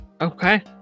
okay